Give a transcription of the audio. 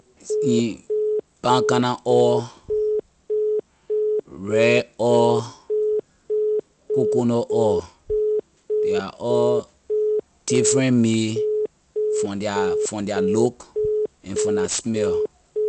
Is in palm kernel oil red oil coconut oil they are all different made from their from their look and from their smell